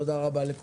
תודה רבה.